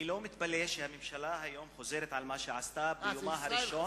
אני לא מתפלא שהממשלה חוזרת היום על מה שעשתה ביומה הראשון,